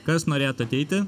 kas norėtų ateiti